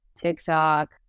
TikTok